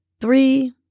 three